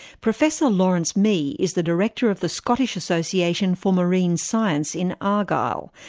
professor laurence mee is the director of the scottish association for marine science in argyll,